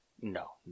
No